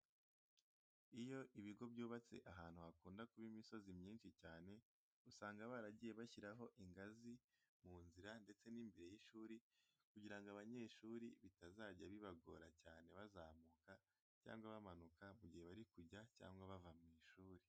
Iyo ibigo byubatse ahantu hakunda kuba imisozi myinshi cyane, usanga baragiye bashyiraho ingazi mu nzira ndetse n'imbere y'ishuri kugira ngo abanyeshuri bitazajya bibagora cyane bazamuka cyangwa bamanuka mu gihe bari kujya cyangwa bava mu ishuri.